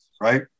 right